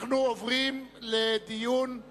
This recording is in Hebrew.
אנחנו עוברים להצבעה